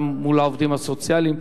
גם מול העובדים הסוציאליים,